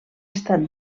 estat